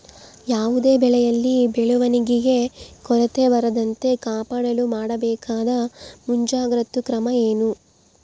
ಯಾವುದೇ ಬೆಳೆಯಲ್ಲಿ ಬೆಳವಣಿಗೆಯ ಕೊರತೆ ಬರದಂತೆ ಕಾಪಾಡಲು ಮಾಡಬೇಕಾದ ಮುಂಜಾಗ್ರತಾ ಕ್ರಮ ಏನು?